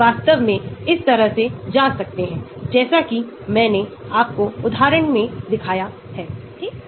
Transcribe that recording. sigma इस बात पर निर्भर करता है कि क्या प्रतिस्थापी मेटा या पैरा है जो बहुत महत्वपूर्ण है